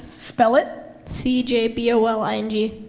spell it. c j b o l i n g.